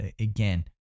again